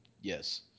Yes